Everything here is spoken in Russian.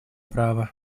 право